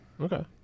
Okay